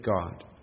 God